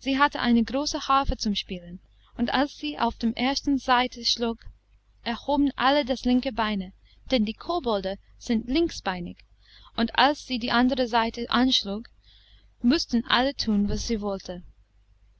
sie hatte eine große harfe zum spielen und als sie auf der ersten saite schlug erhoben alle das linke bein denn die kobolde sind linksbeinig und als sie die andere saite anschlug mußten alle thun was sie wollte